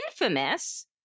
infamous